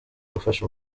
gufasha